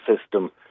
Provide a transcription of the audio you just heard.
system